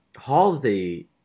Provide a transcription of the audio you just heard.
Halsey